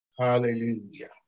Hallelujah